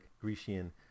grecian